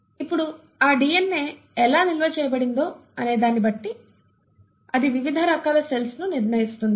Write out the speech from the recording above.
ఇప్పుడు ఆ DNA ఎలా నిల్వ చేయబడిందో అనేదాని బట్టి అది వివిధ రకాల సెల్స్ను నిర్ణయిస్తుంది